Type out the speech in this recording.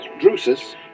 Drusus